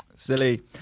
silly